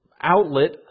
outlet